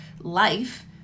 life